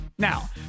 Now